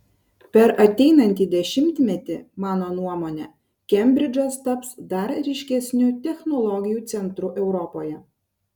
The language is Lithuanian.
per ateinantį dešimtmetį mano nuomone kembridžas taps dar ryškesniu technologijų centru europoje